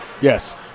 Yes